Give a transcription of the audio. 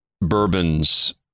bourbons